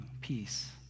Peace